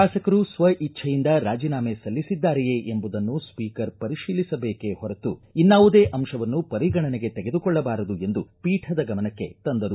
ಶಾಸಕರು ಸ್ವ ಇಜ್ದೆಯಿಂದ ರಾಜಿನಾಮೆ ಸಲ್ಲಿಸಿದ್ದಾರೆಯೇ ಎಂಬುದನ್ನು ಸ್ವೀಕರ್ ಪರಿತೀಲಿಸಬೇಕೇ ಹೊರತು ಇನ್ನಾವುದೇ ಅಂಶವನ್ನು ಪರಿಗಣನೆಗೆ ತೆಗೆದುಕೊಳ್ಳಬಾರದು ಎಂದು ಪೀಠದ ಗಮನಕ್ಕೆ ತಂದರು